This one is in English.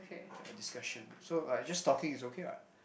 like a discussion so like just talking it's okay [what]